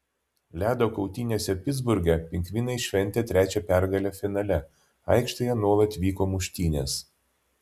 ledo kautynėse pitsburge pingvinai šventė trečią pergalę finale aikštėje nuolat vyko muštynės